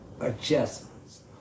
adjustments